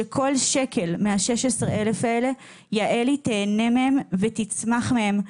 שכל שקל מה-16,000 אלה יעלי תהנה מהם ותצמח מהם.